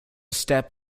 step